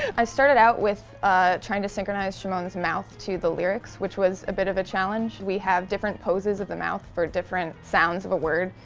i started out with ah trying to synchronize shimon's mouth to the lyrics, which was a bit of a challenge, we have different poses of the mouth for different sounds of a word.